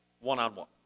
one-on-one